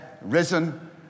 risen